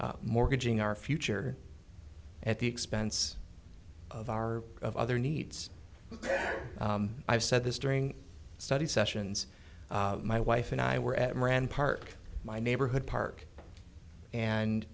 mortgaging our future at the expense of our of other needs i've said this during study sessions my wife and i were at moran park my neighborhood park and